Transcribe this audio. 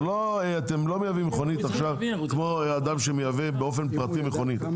אתם לא מייבאים מכונית עכשיו כמו אדם שמייבא באופן פרטי מכונית,